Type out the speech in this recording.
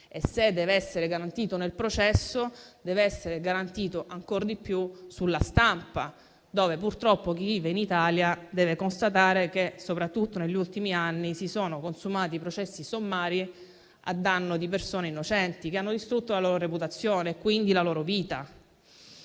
E, se deve essere garantito nel processo, deve essere garantito ancor di più sulla stampa, dove purtroppo chi vive in Italia deve constatare che, soprattutto negli ultimi anni, si sono consumati processi sommari a danno di persone innocenti; processi che hanno distrutto la loro reputazione e quindi la loro vita.